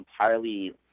entirely